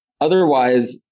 Otherwise